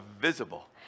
visible